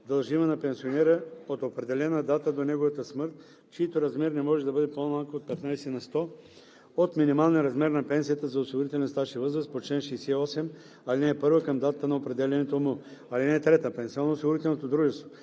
дължима на пенсионера от определена дата до неговата смърт, чийто размер не може да бъде по-малък от 15 на сто от минималния размер на пенсията за осигурителен стаж и възраст по чл. 68, ал. 1 към датата на определянето му. (3) Пенсионноосигурителното дружество